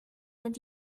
sind